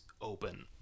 open